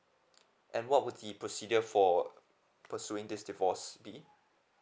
and what would the procedure for pursuing this divorce be